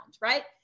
Right